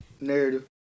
narrative